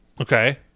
Okay